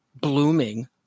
blooming